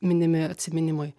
minimi atsiminimai